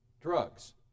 drugs